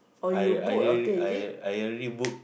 I I already I I already book